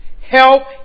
Help